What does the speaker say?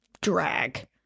drag